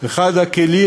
אחד הכלים